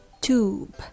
tube